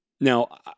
Now